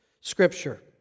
Scripture